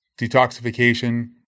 detoxification